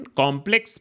complex